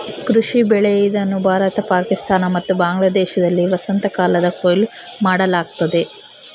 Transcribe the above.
ಕೃಷಿ ಬೆಳೆ ಇದನ್ನು ಭಾರತ ಪಾಕಿಸ್ತಾನ ಮತ್ತು ಬಾಂಗ್ಲಾದೇಶದಲ್ಲಿ ವಸಂತಕಾಲದಾಗ ಕೊಯ್ಲು ಮಾಡಲಾಗ್ತತೆ